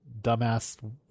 dumbass